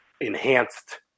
enhanced